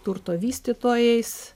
turto vystytojais